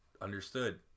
Understood